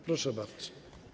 Proszę bardzo.